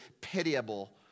pitiable